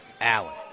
Allen